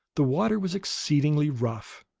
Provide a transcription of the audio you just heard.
the water was exceedingly rough,